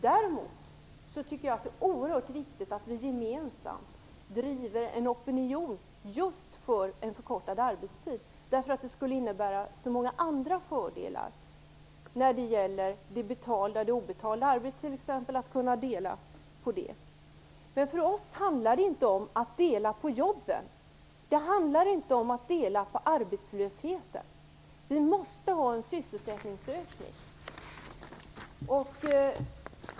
Däremot tycker jag det är oerhört viktigt att vi gemensamt driver en opinion just för en förkortad arbetstid eftersom den skulle innebära så många andra fördelar, t.ex. att kunna dela det betalda och obetalda arbetet. Men för oss handlar det inte om att dela på jobben. Det handlar inte om att dela på arbetslösheten. Vi måste ha en sysselsättningsökning.